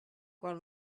quan